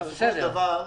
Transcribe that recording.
--- בסופו של דבר,